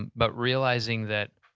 and but realizing that,